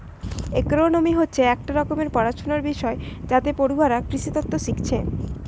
agronomy হচ্ছে একটা রকমের পড়াশুনার বিষয় যাতে পড়ুয়ারা কৃষিতত্ত্ব শিখছে